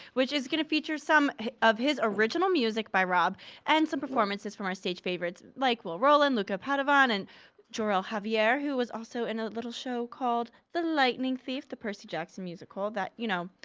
which is gonna feature some of his original music by rob and some performances from our stage favorites like will roland, luca padovan, and jorrel javier who was in a little show called the lightening thief, the percy jackson musical that, you know,